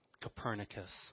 Copernicus